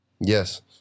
Yes